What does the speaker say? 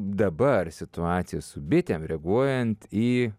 dabar situacija su bitėm reaguojant į